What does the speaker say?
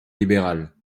libérales